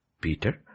Peter